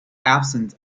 absent